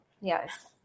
yes